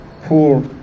poor